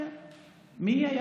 כן, שלטה.